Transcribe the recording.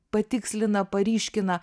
patikslina paryškina